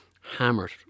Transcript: Hammered